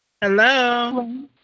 Hello